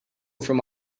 from